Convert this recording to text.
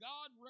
God